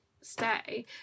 stay